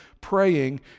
praying